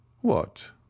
What